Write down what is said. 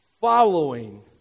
following